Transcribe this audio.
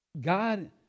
God